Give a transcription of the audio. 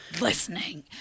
listening